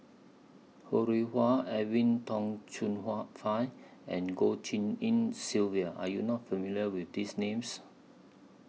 Ho Rih Hwa Edwin Tong Chun Fai and Goh Tshin En Sylvia Are YOU not familiar with These Names